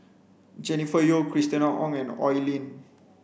Jennifer Yeo Christina Ong and Oi Lin